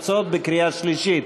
התוצאות בקריאה שלישית: